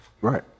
right